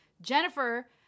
Jennifer